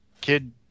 kid